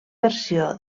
versió